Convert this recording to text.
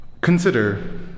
consider